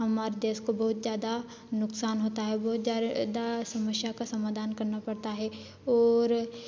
हमारे देश को बहुत ज्यादा नुकसान होता है बहुत ज्या दा समस्या का समाधान करना पड़ता है और